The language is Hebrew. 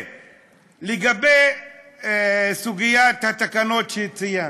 לגבי סוגיית התקנות שציינת,